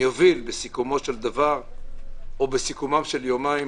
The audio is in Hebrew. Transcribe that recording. יוביל בסיכומם של יומיים